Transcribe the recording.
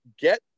get